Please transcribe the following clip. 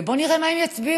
בואו נראה מה הם יצביעו.